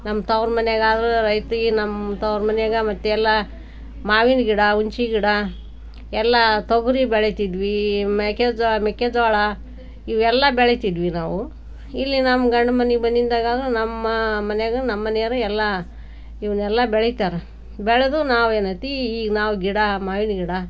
ನಮ್ಮ ತವರು ಮನೆಯಾಗಾದ್ರು ರೈತ್ರಿಗೆ ನಮ್ಮ ತವರು ಮನೆಯಾಗ ಮತ್ತೆಲ್ಲ ಮಾವಿನ ಗಿಡ ಹುಣ್ಸೇ ಗಿಡ ಎಲ್ಲ ತೊಗರಿ ಬೆಳಿತಿದ್ವಿ ಮೆಕ್ಕೆಜೋಳ ಮೆಕ್ಕೆಜೋಳ ಇವೆಲ್ಲ ಬೆಳಿತಿದ್ವಿ ನಾವು ಇಲ್ಲಿ ನಮ್ಮ ಗಂಡನ ಮನೆಗ್ ಬಂದಿಂದಾಗ ನಮ್ಮ ಮನೆಯಾಗ ನಮ್ಮ ಮನೆಯವರು ಎಲ್ಲ ಇವನ್ನೆಲ್ಲ ಬೆಳಿತಾರೆ ಬೆಳೆದು ನಾವು ಏನೈತಿ ಈ ನಾವು ಗಿಡ ಮಾವಿನ ಗಿಡ